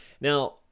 now